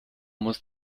muss